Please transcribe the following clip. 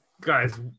guys